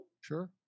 sure